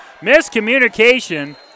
Miscommunication